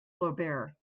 flaubert